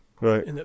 Right